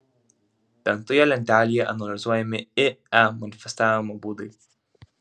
penktoje lentelėje analizuojami ie manifestavimo būdai